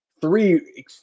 three